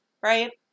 Right